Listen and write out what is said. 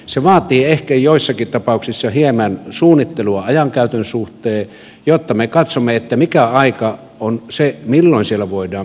se vaatii ehkä joissakin tapauksissa hieman suunnittelua ajankäytön suhteen jotta me katsomme mikä aika on se milloin siellä voidaan metsästää